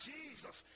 Jesus